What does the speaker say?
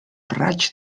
raig